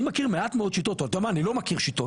אני מכיר מעט מאוד שיטות או אתה יודע מה אני לא מכיר שיטות,